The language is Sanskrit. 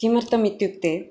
किमर्थम् इत्युक्ते